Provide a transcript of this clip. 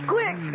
Quick